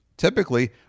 Typically